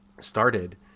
started